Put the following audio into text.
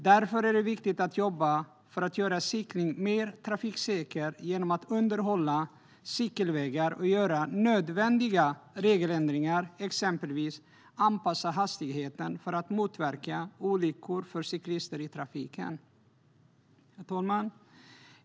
Därför är det viktigt att jobba för att göra cykling mer trafiksäker genom att underhålla cykelvägar och göra nödvändiga regeländringar, exempelvis att anpassa hastigheten för att motverka olyckor för cyklister i trafiken. Herr talman!